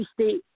State